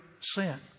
sin